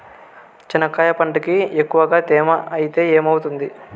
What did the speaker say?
చెనక్కాయ పంటకి ఎక్కువగా తేమ ఐతే ఏమవుతుంది?